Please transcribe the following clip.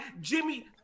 Jimmy